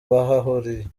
bahahuriye